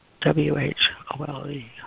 w-h-o-l-e